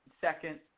Second